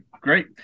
great